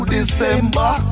December